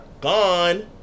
gone